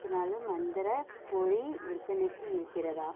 இருபத்தி நாலு மந்திர பொரி விற்பனைக்கு இருக்கிறதா